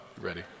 ready